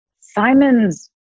Simon's